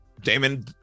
Damon